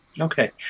Okay